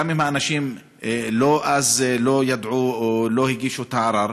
גם אם האנשים לא ידעו או לא הגישו את הערר,